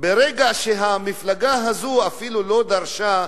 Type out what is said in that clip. ברגע שהמפלגה הזאת אפילו לא דרשה,